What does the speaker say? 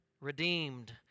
redeemed